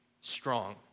strong